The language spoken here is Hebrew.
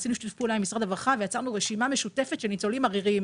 עשינו שיתוף פעולה עם משרד הרווחה ויצרנו רשימה משותפת של ניצולים ערירים